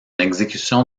exécution